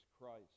Christ